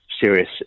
serious